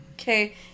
okay